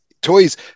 toys